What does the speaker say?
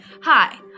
Hi